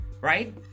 right